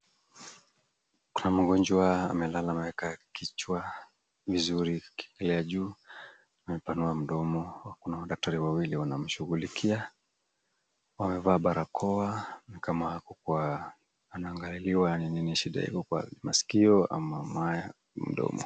Kuna mgonjwa amelala ameweka kichwa vizuri, akiwekelea juu amepanua mdomo. Daktari wawili wanamshughulikia. Wamevaa barakoa ni kama anaangaliliwa ni nini shida iko kwa masikio ama mdomo.